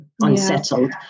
unsettled